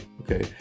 Okay